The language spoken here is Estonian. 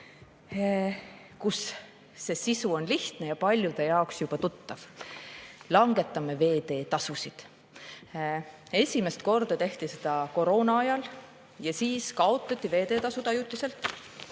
mille sisu on lihtne ja paljude jaoks juba tuttav: langetame veeteetasusid. Esimest korda tehti seda koroonaajal, kui veeteetasud ajutiselt